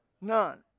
none